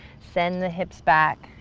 send the hips back,